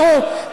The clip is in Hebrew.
תראו,